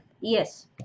Yes